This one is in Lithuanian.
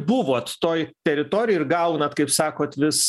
buvot toj teritorijoj ir gaunat kaip sakot vis